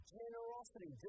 generosity